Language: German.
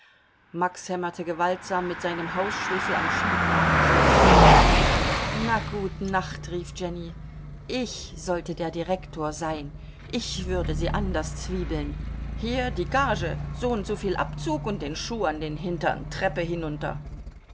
max hämmerte gewaltsam mit seinem hausschlüssel am schiebladenschloß na gut nacht rief jenny ich sollte der direktor sein ich würde sie anders zwiebeln hier die gage soundsoviel abzug und den schuh an den hintern treppe hinunter